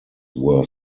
were